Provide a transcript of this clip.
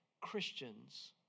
Christians